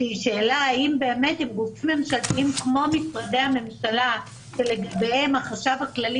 האם באמת הם גופים ממשלתיים כמו ממשרדי הממשלה שלגביהם החשב הכללי